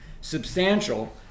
Substantial